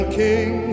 king